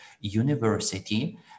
University